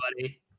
buddy